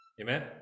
Amen